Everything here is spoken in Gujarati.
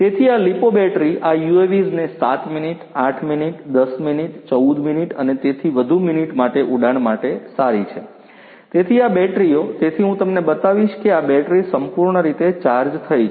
તેથી આ લિપો બેટરી આ UAVsને 7 મિનિટ 8 મિનિટ 10 મિનિટ 14 મિનિટ અને તેથી વધુ મિનિટ માટે ઉડાન માટે સારી છે તેથી આ બેટરીઓ તેથી હું તમને બતાવીશ કે આ બેટરી સંપૂર્ણ રીતે ચાર્જ થઈ છે